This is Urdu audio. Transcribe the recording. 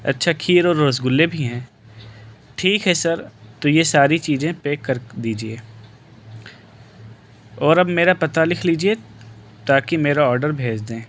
اچّھا کھیر اور رس گلے بھی ہیں ٹھیک ہے سر تو یہ ساری چیزیں پیک کر دیجیے اور اب میرا پتہ لکھ لیجیے تا کہ میرا آڈر بھیج دیں